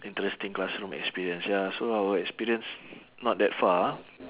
interesting classroom experience ya so our experience not that far ah